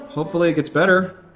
hopefully it gets better.